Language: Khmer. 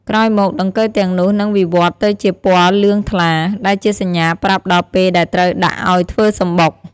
ក្រោយមក ដង្កូវទាំងនោះនឹងវិវត្តន៍ទៅជាពណ៌លឿងថ្លា ដែលជាសញ្ញាប្រាប់ដល់ពេលដែលត្រូវដាក់អោយធ្វើសំបុក។